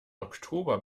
oktober